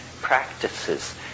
practices